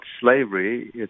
slavery